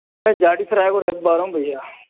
मैं रख पा रहा हूँ भईया